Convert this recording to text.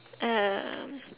um